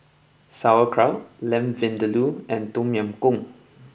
Sauerkraut Lamb Vindaloo and Tom Yam Goong